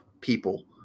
people